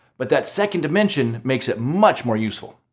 but that second dimension makes it much more useful.